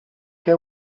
què